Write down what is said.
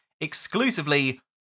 exclusively